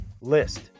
list